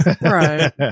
Right